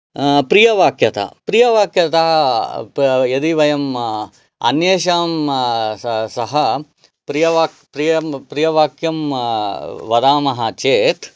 प्रियवाक्यता प्रियवाक्यता यदि वयम् अन्येषां स सह प्रियवाक् प्रियं प्रियवाक्यं वदामः चेत्